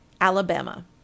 Alabama